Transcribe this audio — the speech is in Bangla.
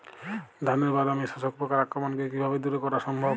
ধানের বাদামি শোষক পোকার আক্রমণকে কিভাবে দূরে করা সম্ভব?